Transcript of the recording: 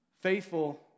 faithful